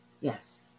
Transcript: Yes